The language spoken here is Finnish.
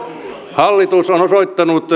hallitus on osoittanut